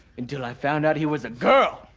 until i found out he was a girl.